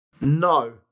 No